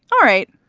all right,